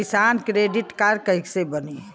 किसान credit card कइसे बानी?